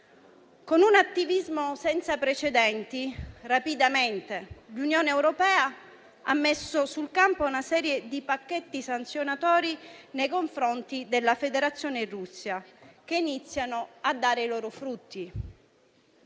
Con un attivismo senza precedenti, rapidamente, l'Unione europea ha messo in campo una serie di pacchetti sanzionatori nei confronti della Federazione Russa che iniziano a dare i loro frutti.